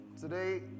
Today